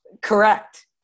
Correct